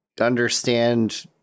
understand